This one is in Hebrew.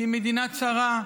היא מדינה צרה,